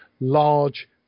large